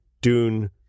dune